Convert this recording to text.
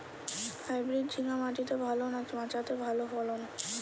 Hybrid ঝিঙ্গা মাটিতে ভালো না মাচাতে ভালো ফলন?